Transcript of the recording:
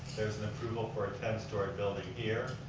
there's an approval for a ten story building here.